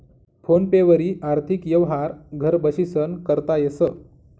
phone पे वरी आर्थिक यवहार घर बशीसन करता येस